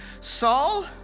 Saul